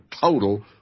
total